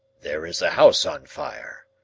there is a house on fire,